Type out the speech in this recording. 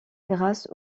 grâce